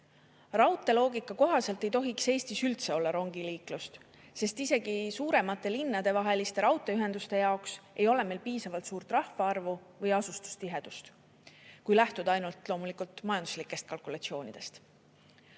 Raudteeloogika kohaselt ei tohiks Eestis üldse olla rongiliiklust, sest isegi suuremate linnade vaheliste raudteeühenduste jaoks ei ole meil piisavalt suurt rahvaarvu või asustustihedust, kui lähtuda ainult majanduslikest kalkulatsioonidest.